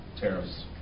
tariffs